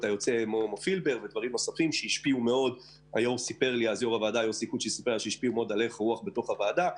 היוצא שהשפיעו מאוד על הלך הרוח בתוך הוועדה.